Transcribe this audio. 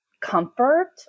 comfort